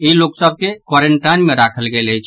ई लोक सभ के क्वारेंटाइन मे राखल गेल अछि